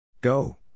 Go